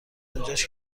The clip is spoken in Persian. اونجاش